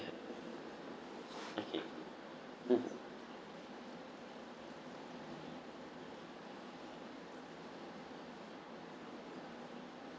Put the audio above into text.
mm